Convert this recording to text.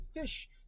fish